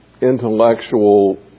intellectual